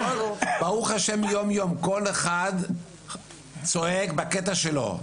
ברוך השם יום יום, כל אחד צועק בקטע שלו.